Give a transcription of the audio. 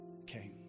Okay